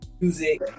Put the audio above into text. Music